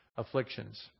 afflictions